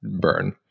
burn